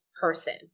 person